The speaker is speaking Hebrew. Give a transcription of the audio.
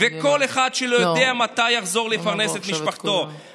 וכל אחד שלא יודע מתי יחזור לפרנס את משפחתו.